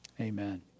Amen